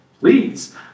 Please